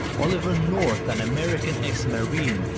oliver north, an american ex-marine,